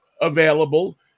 available